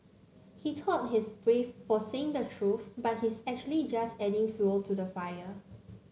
he thought he's brave for saying the truth but he's actually just adding fuel to the fire